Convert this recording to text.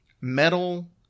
metal